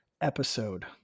episode